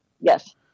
Yes